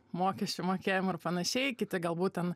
mokesčių mokėjimo ir panašiai kiti galbūt ten